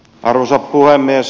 arvoisa puhemies